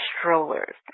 strollers